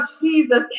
Jesus